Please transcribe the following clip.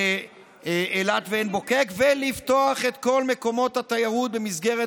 באילת ועין בוקק ולפתוח את כל מקומות התיירות במסגרת